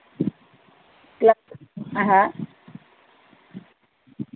তিয়াত্তর হ্যাঁ